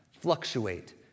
fluctuate